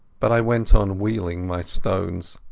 but i went on wheeling my stones.